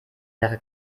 wäre